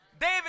David